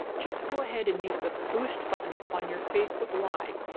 just go ahead and use the boost button on your facebook live.